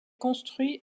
construit